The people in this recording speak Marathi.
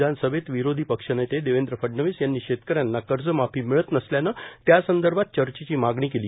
विधानसभेत विरोधी पक्षनेते देवेंद्र फडणवीस यांनी शेतकऱ्यांना कर्जमाफी मिळत नसल्यानं त्यासंदर्भात चर्चेची मागणी केली